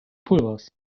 pulvers